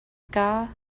ska